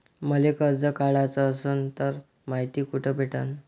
मले कर्ज काढाच असनं तर मायती कुठ भेटनं?